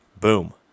boom